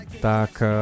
tak